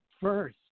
first